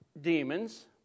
demons